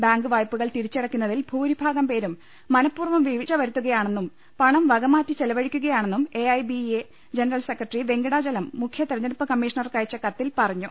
bank വായ്പകൾ തിരിച്ചയ്ക്കുന്നതിൽ ഭൂരിഭാഗം പേരും മനഃ പൂർവും വീഴ്ച വരുത്തുകയാണെന്ന് പണം വകമാറ്റി ചെലവഴിക്കുകയാണ് A I B E A general secretary Venkatachalam മുഖ്യ തെരഞ്ഞെടുപ്പ് കമ്മീഷണർക്ക് അയച്ച കത്തിൽ പറഞ്ഞു